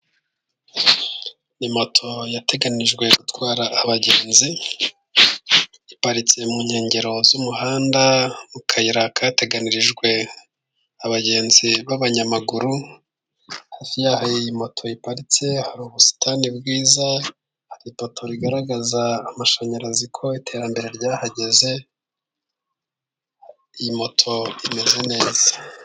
Moto ya yateganijwe gutwara abagenzi, iparitse mu nkengero z'umuhanda, mu kayira kateganirijwe abagenzi b'abanyamaguru, hafi y'aho hari moto iparitse, hari ubusitani bwiza, hari ipato rigaragaza amashanyarazi ko, iterambere ryahageze iyi moto imeze neza.